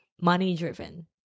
money-driven